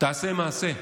תעשה מעשה.